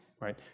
right